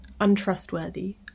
untrustworthy